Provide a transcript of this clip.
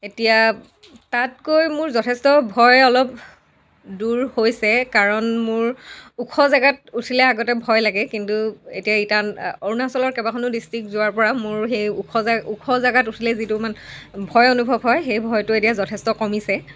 এতিয়া তাতকৈ মোৰ যথেষ্ট ভয় অলপ দূৰ হৈছে কাৰণ মোৰ ওখ জেগাত উঠিলে আগতে ভয় লাগে কিন্তু এতিয়া ইটা অৰুণাচলৰ কেবাখনো ডিষ্ট্ৰিক্ট যোৱাৰ পৰা মোৰ সেই ওখ জে ওখ জেগাত উঠিলে মানে যিটো ভয় অনুভৱ হয় সেই ভয়টো এতিয়া যথেষ্ট কমিছে